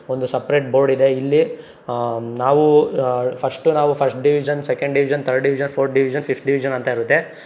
ಒಂದು separate board ಇದೆ ಇಲ್ಲಿ ನಾವೂ ಫಸ್ಟು ನಾವು first division second division third division fourth division fifth division ಅಂತ ಇರುತ್ತೆ